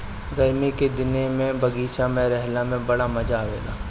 गरमी के दिने में बगीचा में रहला में बड़ा मजा आवेला